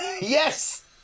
Yes